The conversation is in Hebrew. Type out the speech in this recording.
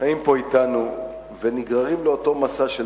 חיים פה אתנו ונגררים לאותו מסע של